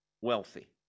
wealthy